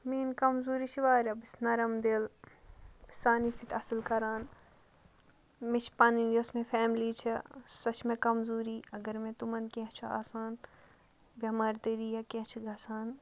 میٛٲنۍ کَمزوٗری چھِ واریاہ بہٕ چھَس نَرم دِل بہٕ سارِنٕے سۭتۍ اَصٕل کَران مےٚ چھِ پَنٕنۍ یۄس مےٚ فیملی چھےٚ سۄ چھِ مےٚ کَمزوٗری اگر مےٚ تُمَن کیٚنٛہہ چھُ آسان بٮ۪مارِ دٲری یا کیٚنٛہہ چھِ گژھان